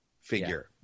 figure